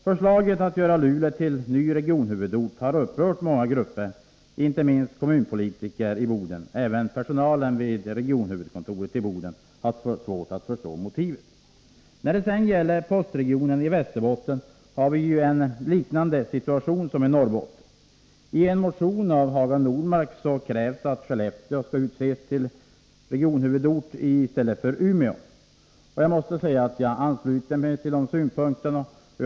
Förslaget att göra Luleå till ny regionhuvudort har upprört många grupper, inte minst kommunpolitikerna i Boden. Även personalen vid regionhuvudkontoret i Boden har svårt att förstå motivet. När det gäller postregionen i Västerbotten har vi en situation liknande den i Norrbotten. I en motion av Hagar Normark m.fl. krävs att Skellefteå utses till regionhuvudort i stället för Umeå. Jag ansluter mig till de synpunkterna.